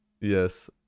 yes